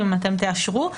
אם אתם תאשרו,